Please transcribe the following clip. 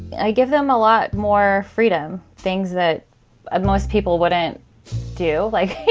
i give them a lot more freedom, things that ah most people wouldn't do, like.